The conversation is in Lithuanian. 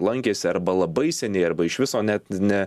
lankėsi arba labai seniai arba iš viso net ne